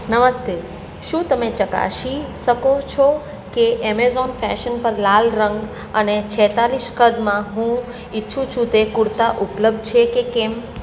નમસ્તે શું તમે ચકાસી શકો કે એમેઝોન ફેશન પર લાલ રંગ અને છેત્તાલીસ કદમાં હું ઇચ્છું છું તે કુર્તા ઉપલબ્ધ છે કે કેમ